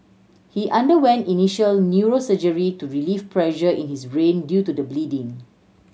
he underwent initial neurosurgery to relieve pressure in his brain due to the bleeding